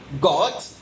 God